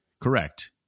Correct